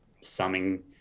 summing